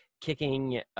kicking